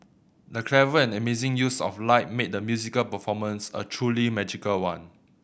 the clever and amazing use of light made the musical performance a truly magical one